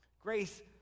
Grace